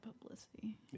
publicity